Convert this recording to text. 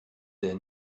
their